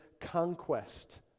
conquest